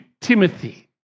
Timothy